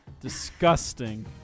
Disgusting